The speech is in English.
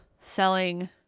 selling